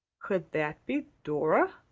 could that be dora.